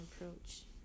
approach